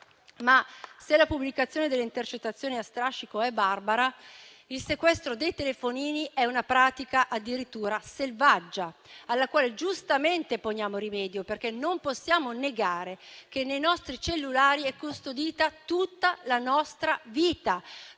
Se la pubblicazione delle intercettazioni a strascico è barbara, il sequestro dei telefonini è una pratica addirittura selvaggia, alla quale giustamente poniamo rimedio. Non possiamo negare che nei nostri cellulari è custodita tutta la nostra vita: